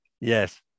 Yes